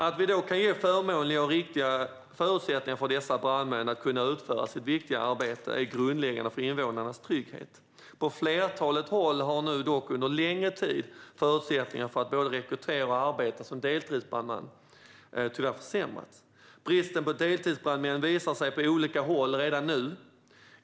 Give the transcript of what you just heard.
Att vi då kan ge förmånliga och riktiga förutsättningar för dessa brandmän att kunna utföra sitt viktiga arbete är grundläggande för invånarnas trygghet. På flertalet håll har nu dock under längre tid förutsättningarna för att både rekrytera och arbeta som deltidsbrandman tyvärr försämrats. Bristen på deltidsbrandmän visar sig på olika håll redan nu.